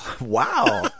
Wow